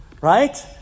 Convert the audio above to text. Right